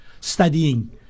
studying